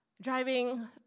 Driving